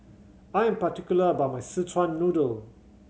I am particular about my Szechuan Noodle